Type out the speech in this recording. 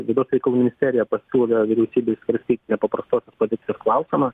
vidaus reikalų ministerija pasiūlė vyriausybei svarstyti nepaprastosios padėties klausimą